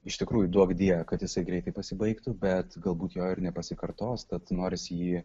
iš tikrųjų duokdie kad jisai greitai pasibaigtų bet galbūt jo ir nepasikartos tad noris jį